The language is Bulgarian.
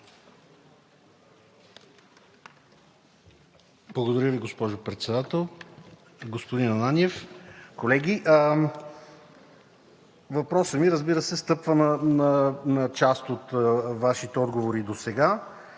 Благодаря Ви, госпожо Председател. Господин Ананиев, колеги! Въпросът ми, разбира се, стъпва на част от Вашите отговори досега